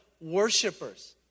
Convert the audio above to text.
Worshippers